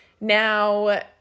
Now